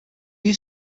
used